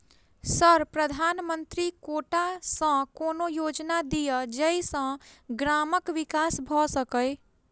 Sir प्रधानमंत्री quota सऽ कोनो योजना दिय जै सऽ ग्रामक विकास भऽ सकै?